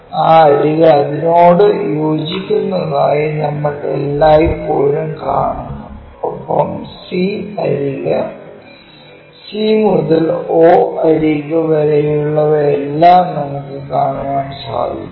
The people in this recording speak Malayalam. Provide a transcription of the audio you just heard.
ആ അരിക് അതിനോട് യോജിക്കുന്നതായി നമ്മൾ എല്ലായ്പ്പോഴും കാണുന്നു ഒപ്പം c അരിക് c മുതൽ o അരിക് വരെയുള്ളവയെല്ലാം നമുക്ക് കാണാൻ സാധിക്കും